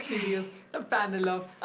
serious panel.